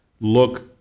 look